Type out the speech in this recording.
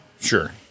Sure